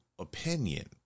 opinion